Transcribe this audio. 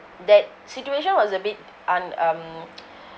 that situation was a bit un~ um